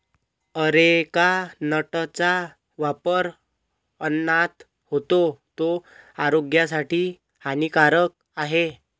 areca नटचा वापर अन्नात होतो, तो आरोग्यासाठी हानिकारक आहे